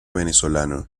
venezolano